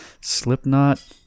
Slipknot